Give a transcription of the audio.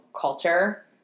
culture